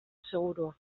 segurua